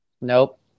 Nope